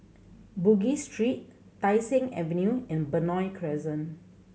Bugis Street Tai Seng Avenue and Benoi Crescent